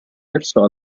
verso